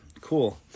Cool